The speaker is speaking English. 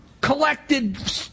collected